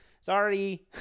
Sorry